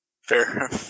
Fair